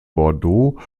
bordeaux